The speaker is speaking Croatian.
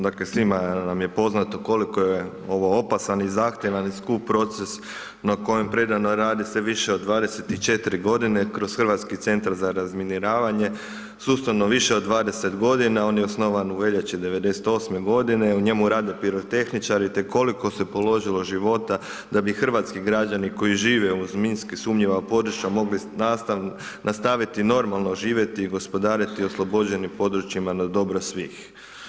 Dakle, svima nam je poznato koliko je ovo opasan i zahtjevan i skup proces, na kojem predano radi se više od 24 godine, kroz Hrvatski centar za razminiravanje, sustavno više od 20 godina, on je osnovan u veljači 1998. godine, u njemu rade pirotehničari, te koliko se položilo života da bi hrvatski građani koji žive uz minski sumnjiva područja mogli nastaviti normalno živjeti i gospodariti, oslobođeni područjima na dobro svih.